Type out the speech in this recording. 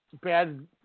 bad